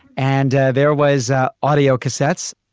and there was a audiocassettes,